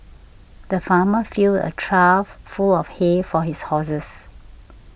the farmer filled a trough full of hay for his horses